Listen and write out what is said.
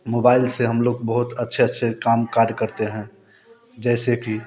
mobile से हम लोग बहुत अच्छे अच्छे काम कार्य करते हैं जैसे कि